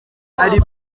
ari